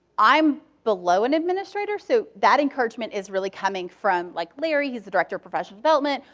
i'm below an administrator, so that encouragement is really coming from like larry, he is the director of professional development,